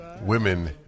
Women